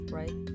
right